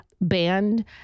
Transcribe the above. band